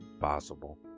Possible